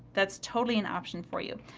that's totally an option for you.